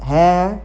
है